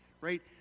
right